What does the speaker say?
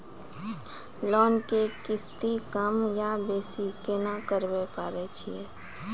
Loan के किस्ती कम या बेसी केना करबै पारे छियै?